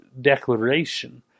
declaration